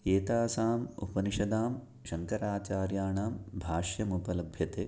एतासाम् उपनिषदां शङ्कराचार्याणां भाष्यमुपलभ्यते